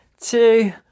two